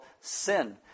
sin